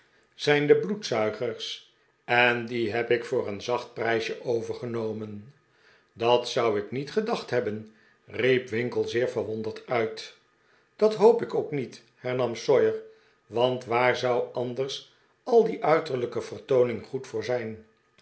zijn de bloedzuigers en die heb ik voor een zacht prijsje overgenomen dat zou ik niet gedacht hebben riep winkle zeer verwonderd uit dat hoop ik ook niet hernam sawyer want waar zou anders al die uiterlijke vertooning goed voor zijn